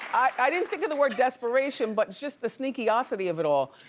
i didn't think of the word desperation but just the sneaky-ocity of it all.